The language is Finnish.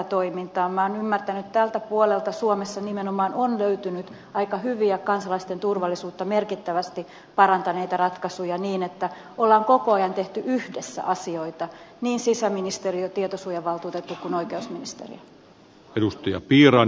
minä olen ymmärtänyt että tältä puolelta suomessa nimenomaan on löytynyt aika hyviä kansalaisten turvallisuutta merkittävästi parantaneita ratkaisuja niin että on koko ajan tehty yhdessä asioita niin sisäministeriö tietosuojavaltuutettu kuin oikeusministeriö